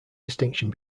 distinction